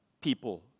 people